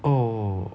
oh